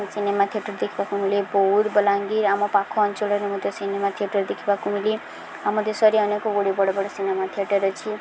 cinema theatre ଦେଖିବାକୁ ମିଳେ ବଉଦ ବଲାଙ୍ଗୀର ଆମ ପାଖ ଅଞ୍ଚଳରେ ମଧ୍ୟ ସିନେମା ଥିଏଟର୍ ଦେଖିବାକୁ ମିିଳେ ଆମ ଦେଶରେ ଅନେକ ବଡ଼ି ବଡ଼ ବଡ଼ ସିନେମା ଥିଏଟର୍ ଅଛି